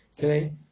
today